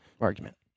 argument